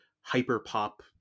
hyper-pop